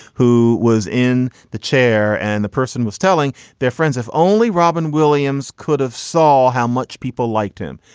who was in the chair, and the person was telling their friends, if only robin williams could have saw how much people liked him.